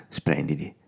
splendidi